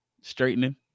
straightening